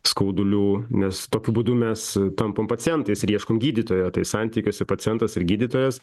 skaudulių nes tokiu būdu mes tampam pacientais ir ieškom gydytojo tai santykiuose pacientas ir gydytojas